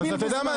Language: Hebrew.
אז אתה יודע מה?